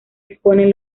exponen